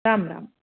Ram Ram